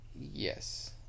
Yes